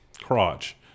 crotch